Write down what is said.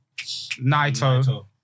Naito